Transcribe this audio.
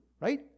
right